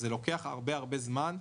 זה לוקח הרבה זמן.